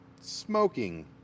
smoking